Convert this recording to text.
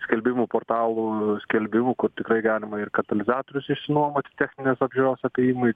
skelbimų portalų skelbimų kur tikrai galima ir katalizatorius išnuomoti techninės apžiūros apėjimui